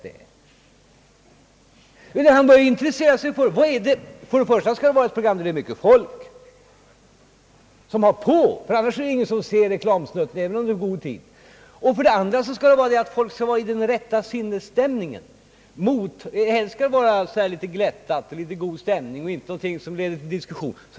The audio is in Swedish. Vad reklammannen bör intressera sig för är för det första att det bör vara mycket folk som ser programmet — annars är det ingen som ser reklamsnutten, även om den är fin. För det andra bör folk vara i den rätta sinnesstämningen. Programmet bör vara litet glättat så att folk inte råkar i diskussion.